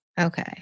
Okay